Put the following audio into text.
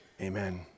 Amen